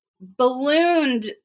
ballooned